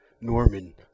Norman